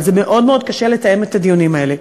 אבל מאוד מאוד קשה לתאם את הדיונים האלה.